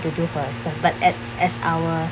to do for yourself and but as as our